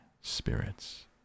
spirits